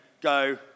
go